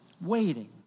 waiting